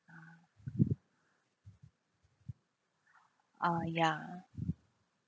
uh ya